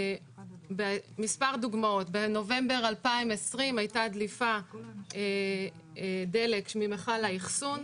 מספר דוגמאות: בנובמבר 2020 היתה דליפת דלק ממיכל האחסון,